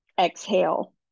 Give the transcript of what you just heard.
exhale